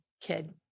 kid